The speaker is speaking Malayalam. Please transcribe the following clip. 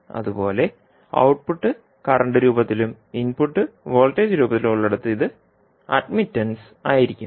അതുപോലെ ഔട്ട്പുട്ട് കറന്റ് രൂപത്തിലും ഇൻപുട്ട് വോൾട്ടേജ് രൂപത്തിലും ഉള്ളിടത്ത് ഇത് അഡ്മിറ്റന്സ് ആയിരിക്കും